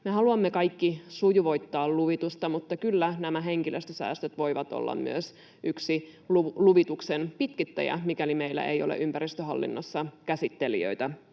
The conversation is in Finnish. Me haluamme kaikki sujuvoittaa luvitusta, mutta kyllä nämä henkilöstösäästöt voivat olla myös yksi luvituksen pitkittäjä, mikäli meillä ei ole ympäristöhallinnossa käsittelijöitä